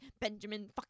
Benjamin